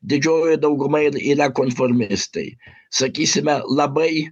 didžioji dauguma ir yra konformistai sakysime labai